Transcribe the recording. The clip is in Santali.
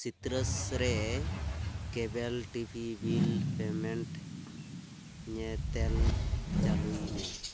ᱥᱤᱛᱨᱟᱥ ᱨᱮ cable T V bill payment ᱧᱮᱛᱮᱞ ᱪᱟᱹᱞᱩᱭ ᱢᱮ